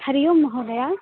हरि ओं महोदय